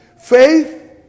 Faith